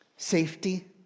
Safety